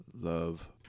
love